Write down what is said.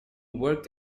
worked